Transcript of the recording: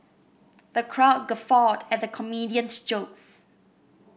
the crowd guffawed at the comedian's jokes